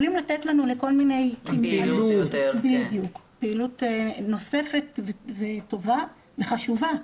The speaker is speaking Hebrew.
יכולים לתת לנו לפעילות נוספת שהיא טובה וחשובה,